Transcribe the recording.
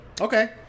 Okay